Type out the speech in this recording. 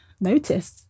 notice